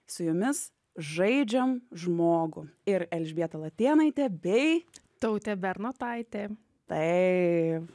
su jumis žaidžiam žmogų ir elžbieta latėnaitė bei tautė bernotaitė taip